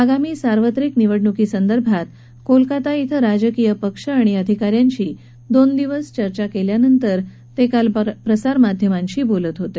आगामी सार्वत्रिक निवडणुकीसंदर्भात कोलकाता इथं राजकीय पक्ष आणि अधिकाऱ्यांशी दोन दिवस चर्चा केल्यानंतर ते काल प्रसारमाध्यमांशी बोलत होते